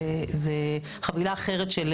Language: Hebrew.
זה חבילה אחרת של